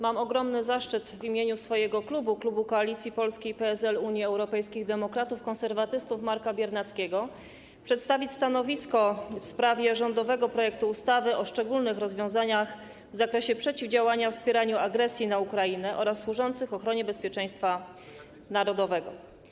Mam ogromny zaszczyt przedstawić w imieniu swojego klubu, klubu Koalicja Polska - PSL, Unia Europejskich Demokratów, Konserwatyści Marka Biernackiego, stanowisko w sprawie rządowego projektu ustawy o szczególnych rozwiązaniach w zakresie przeciwdziałania wspieraniu agresji na Ukrainę oraz służących ochronie bezpieczeństwa narodowego.